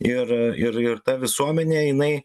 ir ir ir ta visuomenė jinai